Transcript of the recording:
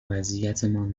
وضعیتمان